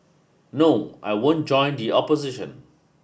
no I won't join the opposition